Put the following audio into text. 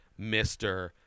Mr